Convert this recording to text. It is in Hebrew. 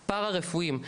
פרה-רפואיים,